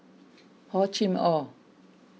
Hor Chim or